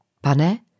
pane